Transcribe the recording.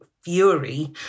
fury